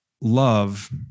love